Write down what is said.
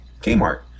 Kmart